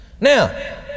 Now